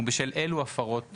ובשל אלו הפרות הוטלו.